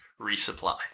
resupplied